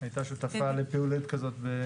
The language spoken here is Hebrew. לימור עשתה משהו כזה והייתה שותפה לפעילות כזאת בבטל"א,